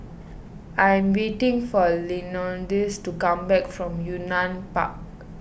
I am waiting for Leonidas to come back from Yunnan Park